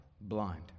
blind